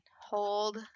Hold